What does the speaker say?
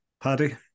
Paddy